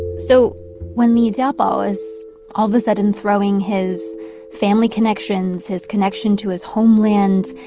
so when li jiabao is all of a sudden throwing his family connections, his connection to his homeland,